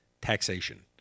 taxation